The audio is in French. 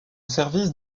service